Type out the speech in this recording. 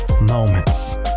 moments